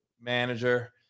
manager